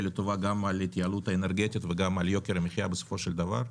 לטובה גם על ההתייעלות האנרגטית וגם על יוקר המחיה בסופו של דבר.